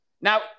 Now